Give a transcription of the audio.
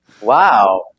Wow